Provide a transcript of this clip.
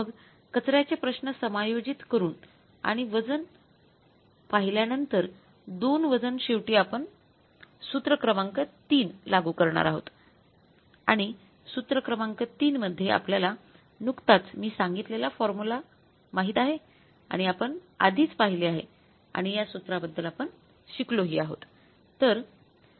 मग कचर्याचे प्रश्न समायोजित करून आणि वजन पाहल्या नंतर दोन वजन शेवटी आपण सूत्र क्रमांक 3 लागू करणार आहोत आणि सूत्र क्रमांक 3 मध्ये आपल्याला नुकताच मी सांगितलेला फॉर्म्युला माहित आहे आणि आपण आधीच पाहिले आहे आणि या सूत्राबद्दल आपण शिकलो हि आहोत